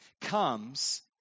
comes